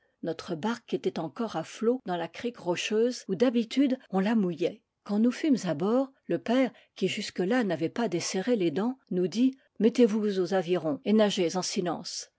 notre barque était encore à flot dans la crique rocheuse où d'habitude on la mouillait quand nous fûmes à bord le père qui jusque-là n'avait pas desserré les dents nous dit mettez-vous aux avirons et nagez en silence